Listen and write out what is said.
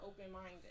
open-minded